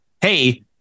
Hey